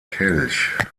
kelch